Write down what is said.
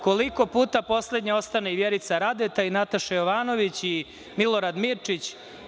Koliko puta poslednja ostane Vjerica Radeta ili Nataša Jovanović i Milorad Mirčić.